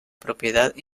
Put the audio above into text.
propiedad